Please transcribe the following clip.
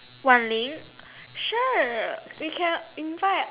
Wan-Ling sure we can invite